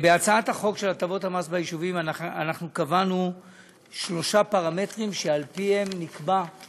בהצעת חוק הטבות המס ביישובים קבענו שלושה פרמטרים שעל פיהם נקבעות